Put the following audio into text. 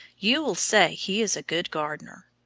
you will say he is a good gardener.